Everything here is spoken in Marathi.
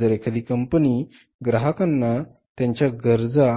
जर एखादी कंपनी ग्राहकांना त्यांच्या गरजा